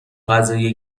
غذای